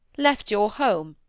left your home,